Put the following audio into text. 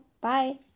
Bye